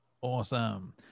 Awesome